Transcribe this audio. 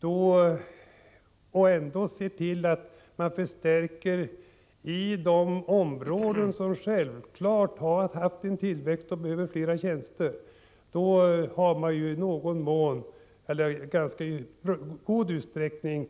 och gör förstärkningar i de områden som har haft en tillväxt och behöver fler tjänster, tillgodoser man behoven i ganska god utsträckning.